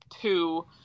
two